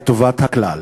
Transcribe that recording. את טובת הכלל.